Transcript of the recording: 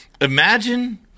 Imagine